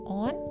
on